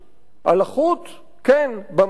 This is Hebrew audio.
'הלחות?' 'כן, במרתף.